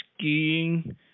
skiing